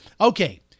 Okay